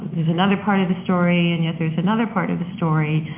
there's another part of the story and yet there's another part of the story,